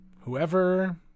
whoever